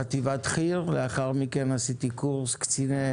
חטיבת חי"ר, לאחר מכן עשיתי קורס קציני